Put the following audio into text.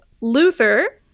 Luther